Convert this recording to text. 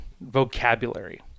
vocabulary